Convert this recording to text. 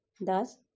Thus